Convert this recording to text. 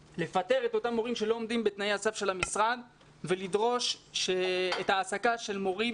לפטר את אותם מורים שלא עומדים בתנאי הסף של המשרד ולדרוש העסקת מורים,